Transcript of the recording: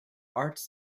arts